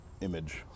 image